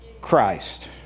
Christ